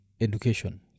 education